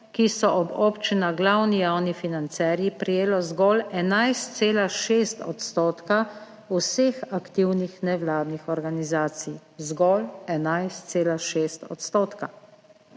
ki so ob občinah glavni javni financerji prejelo zgolj 11,6 % vseh aktivnih nevladnih organizacij. Zgolj 11,6 %.